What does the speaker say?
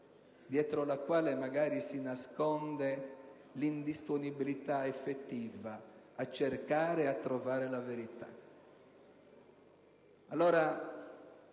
dietro la quale si nasconde l'indisponibilità effettiva a cercare e a trovare la verità. Allora,